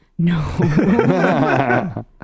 no